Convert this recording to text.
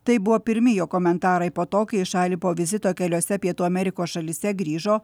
tai buvo pirmi jo komentarai po to kai į šalį po vizito keliose pietų amerikos šalyse grįžo